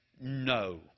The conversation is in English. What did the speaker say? no